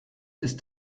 ist